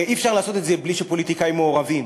הרי אי-אפשר לעשות את זה בלי שפוליטיקאים מעורבים,